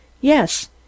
YES